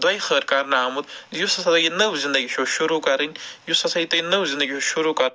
دُعٲے خٲر کرنہٕ آمُت یُس ہسا یہِ نٔو زندگی چھَو شُروٗع کَرٕنۍ یُس ہسا تۄہہِ یہِ نٔوے زندگی چھَو شُروٗع کَرٕنۍ